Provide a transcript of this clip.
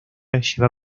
lleva